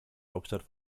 hauptstadt